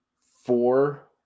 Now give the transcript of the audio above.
Four